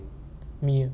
me